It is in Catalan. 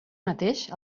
mateix